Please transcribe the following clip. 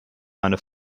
meine